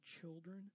children